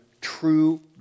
true